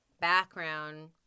background